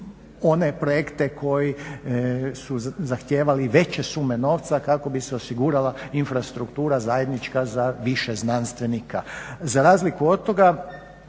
one projekte koji su zahtijevali veće sume novca kako bi se osigurala infrastruktura zajednička za više znanstvenika. Za razliku od toga,